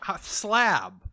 slab